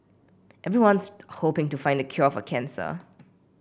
everyone's hoping to find the cure for cancer